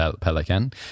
Pelican